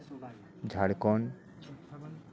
Jharkhand